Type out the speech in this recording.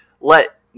let